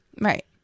Right